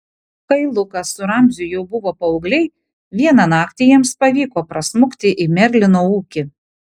kai lukas su ramziu jau buvo paaugliai vieną naktį jiems pavyko prasmukti į merlino ūkį